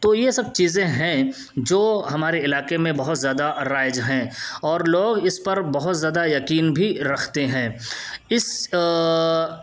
تو یہ سب چیزیں ہیں جو ہمارے علاقے میں بہت زیادہ رائج ہیں اور لوگ اس پر بہت زیادہ یقین بھی رکھتے ہیں اس